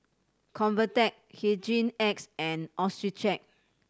Convatec Hygin X and Accucheck